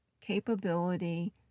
capability